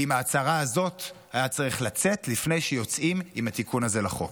ועם ההצהרה הזאת היה צריך לצאת לפני שיוצאים עם התיקון הזה לחוק.